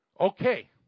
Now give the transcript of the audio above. Okay